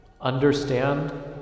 Understand